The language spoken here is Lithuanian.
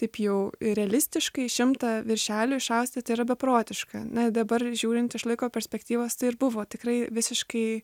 taip jau realistiškai šimtą viršelių išausti tai yra beprotiška dabar žiūrint iš laiko perspektyvos tai ir buvo tikrai visiškai